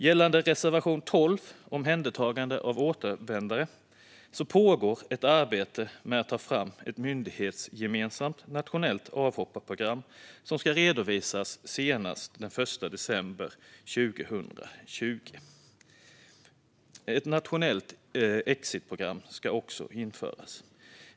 Gällande reservation 12 om omhändertagande av återvändare pågår ett arbete med att ta fram ett myndighetsgemensamt nationellt avhopparprogram som ska redovisas senast den 1 december 2020. Ett nationellt exitprogram ska också införas.